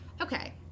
okay